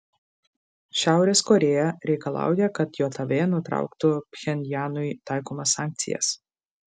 šiaurės korėja reikalauja kad jav nutrauktų pchenjanui taikomas sankcijas